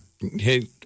Hey